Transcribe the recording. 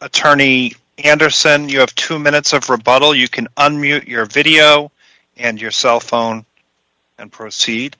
attorney anderson you have two minutes for a bottle you can your video and your cell phone and proceed